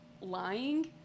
lying